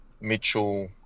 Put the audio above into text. Mitchell